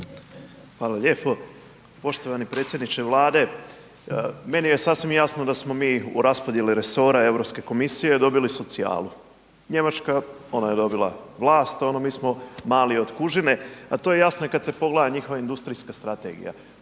Hvala lijepo. Poštovani predsjedniče Vlade, meni je sasvim jasno da smo mi u raspodjeli resora Europske komisije dobili socijalu. Njemačka ona je dobila vlast, mi smo mali od kužine, a to je jasno i kad se pogleda njihova industrijska strategija.